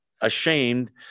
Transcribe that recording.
ashamed